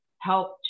help